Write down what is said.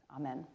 amen